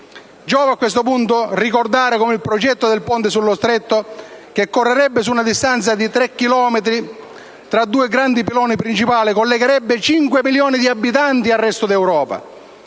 giova, a questo punto ricordare come il progetto del ponte sullo stretto che correrebbe su una distanza pari a 3,33 chilometri tra i due piloni principali, collegherebbe oltre 5 milioni di abitanti al resto dell'Europa